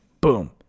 boom